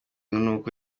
nuko